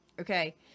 okay